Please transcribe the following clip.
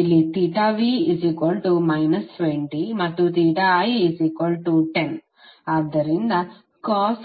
ಇಲ್ಲಿ v 20 ಮತ್ತು i10 ಆದ್ದರಿಂದ cos